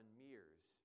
mirrors